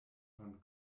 von